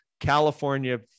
California